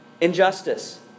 injustice